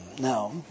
Now